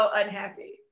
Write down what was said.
unhappy